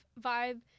vibe